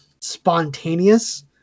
spontaneous